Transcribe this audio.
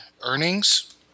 earnings